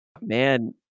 Man